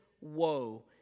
woe